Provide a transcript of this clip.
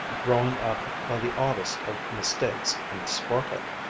growing up, by the oddest of mistakes, in sparta.